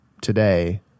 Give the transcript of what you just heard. today